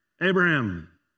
Abraham